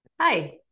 Hi